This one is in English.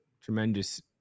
tremendous